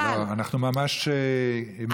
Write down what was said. אנחנו ממש מתאבלים, לא?